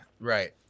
right